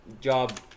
job